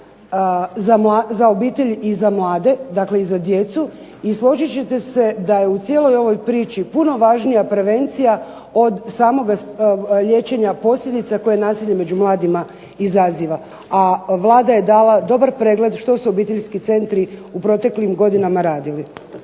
za obitelj i za mlade i za djecu, dakle složit ćete se da je u cijeloj ovoj priči puno važnija prevencija od samoga liječenja posljedica koje nasilje među mladima izaziva. A Vlada je dala dobar pregled što su obiteljski centri u proteklim godinama radili.